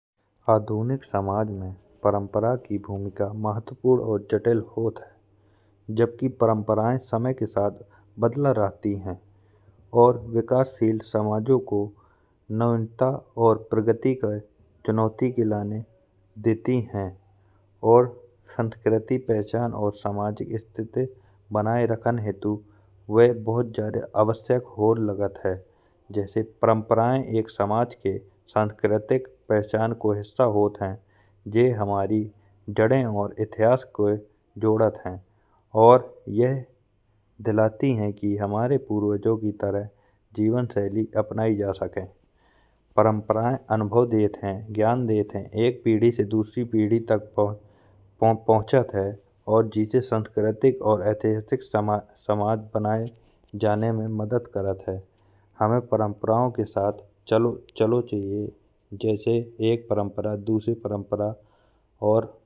आधुनिक समाज में परंपरा की भूमिका महत्वपूर्ण और जटिल होत है जबकि परंपराए समय के साथ बदलत रहती हैं। और विकासशील समाजों को नयंत और प्रगति के चुनौति के लाने देती हैं। और संस्कृति पहचान और सामाजिक स्थिति बनाए रखें हेतु वह बहुत जादा आवश्यक होन लागत है। जैसे परंपराएं एक समाज के सांस्कृतिक पहचान को हिस्सा होत हैं यह हमारी जड़े और इतिहास के जोडत हैं। और यह दिलाती हैं कि हमारे पूर्वजों की तरह जीवन शैली अपनाई जा सके। परंपराएं अनुभव देती हैं ज्ञान देती हैं। एक पीढ़ी से दूसरी पीढ़ी तक पहुँचत हैं और जिसे सांस्कृतिक और ऐतिहासिक समाज बनाए जाने में मदद करत हैं। हमें परंपराओं के साथ चलो चाहिए जैसे एक परंपरा दूसरी परंपरा और।